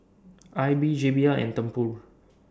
AIBI J B L and Tempur